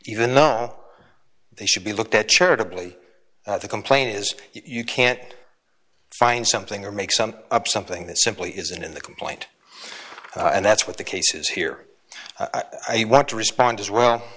even though they should be looked at church ability to complain is you can't find something or make something up something that simply isn't in the complaint and that's what the case is here i want to respond as well